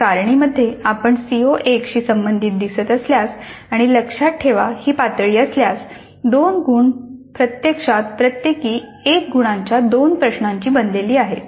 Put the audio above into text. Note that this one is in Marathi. तर सारणी मध्ये आपण सीओ 1 शी संबंधित दिसत असल्यास आणि लक्षात ठेवा ही पातळी असल्यास 2 गुण प्रत्यक्षात प्रत्येकी एक गुणाच्या दोन प्रश्नांनी बनलेले आहेत